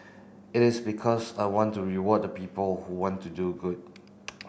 it is because I want to reward the people who want to do good